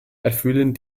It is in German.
erfüllen